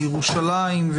לירושלים.